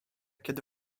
kiedy